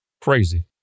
Crazy